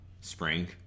spring